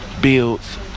builds